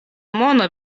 mono